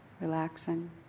relaxing